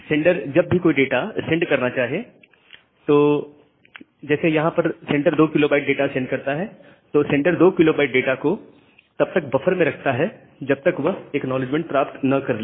sender जब भी कोई डाटा सेंड करना चाहे जैसे यहां पर सेंडर 2 KB डाटा सेंड करता है तो सेंडर 2 KB डाटा को तब तक बफर में रखता है जब तक वह एक्नॉलेजमेंट प्राप्त न कर ले